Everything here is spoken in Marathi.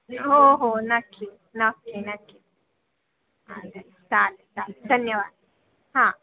हो हो नक्की नक्की नक्की चालेल चालेल धन्यवाद हां